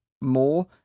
more